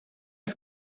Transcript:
are